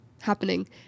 happening